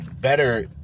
better